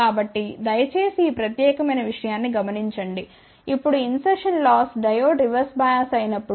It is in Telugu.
కాబట్టి దయచేసి ఈ ప్రత్యేకమైన విషయాన్ని గమనించండిఇప్పుడు insertion loss diode reverse bias అయినప్పుడు